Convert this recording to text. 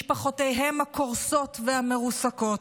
משפחותיהם הקורסות והמרוסקות,